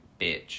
bitch